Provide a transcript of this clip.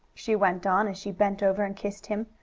she went on, as she bent over and kissed him,